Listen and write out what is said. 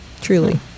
Truly